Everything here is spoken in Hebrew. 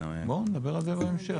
נדבר על זה בהמשך.